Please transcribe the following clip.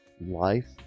life